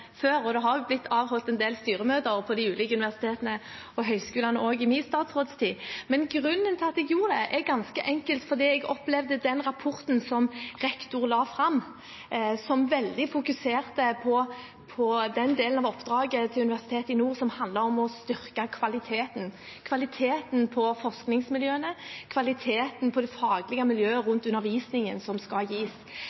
før, og det har jo blitt avholdt en del styremøter på de ulike universitetene og høyskolene også i min statsrådstid. Grunnen til at jeg gjorde det, er ganske enkelt fordi jeg opplevde den rapporten som rektor la fram, som veldig fokusert på den delen av oppdraget til Nord universitet som handler om å styrke kvaliteten – kvaliteten på forskningsmiljøene, kvaliteten på det faglige miljøet